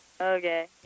Okay